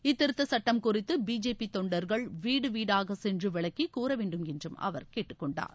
இத்திருத்தச் சுட்டம் குறித்து பிஜேபி தொண்டர்கள் வீடு வீடாகச் சென்று விளக்கிக் கூற வேண்டும் என்றும் அவர் கேட்டுக் கொண்டார்